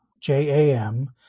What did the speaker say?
J-A-M